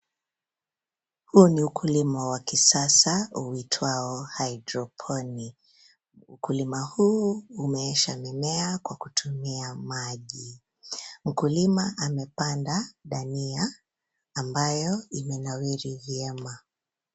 Huu ni ukulima wa kisasa uitwao hydroponic . Ukulima huu, humeesha mimea, kwa kutumia maji. Mkulima amepanda dania, ambayo imenawiri vyema.